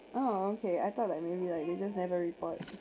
oh okay I thought like maybe like you just never report